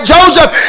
Joseph